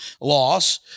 loss